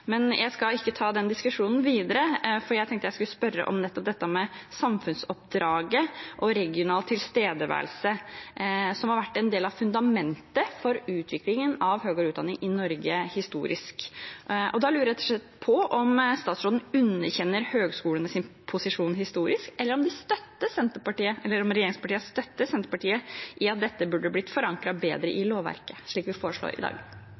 Men jeg skal ikke ta den diskusjonen videre. Jeg tenkte jeg skulle spørre om dette med samfunnsoppdraget og regional tilstedeværelse, som historisk har vært en del av fundamentet for utviklingen av høyere utdanning i Norge. Da lurer jeg rett og slett på om statsråden underkjenner høyskolenes posisjon historisk, eller om regjeringspartiene støtter Senterpartiet i at dette burde blitt forankret bedre i lovverket, slik vi foreslår i dag.